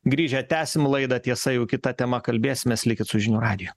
grįžę tęsim laidą tiesa jau kita tema kalbėsimės likit su žinių radiju